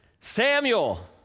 Samuel